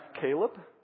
Caleb